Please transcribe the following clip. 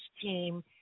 team